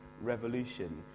revolution